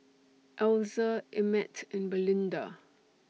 Elza Emett and Belinda